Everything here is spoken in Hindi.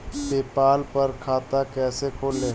पेपाल पर खाता कैसे खोलें?